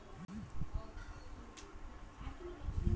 Tomato ಬೆಳೆಯ ಕಾಯಿ ಕೊರಕ ಹುಳುವಿನ ನಿಯಂತ್ರಣಕ್ಕೆ ಏನು ಮಾಡಬೇಕು?